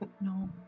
no